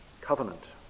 Covenant